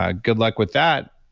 ah good luck with that.